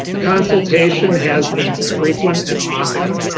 consultation has been frequent and often,